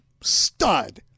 stud